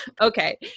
Okay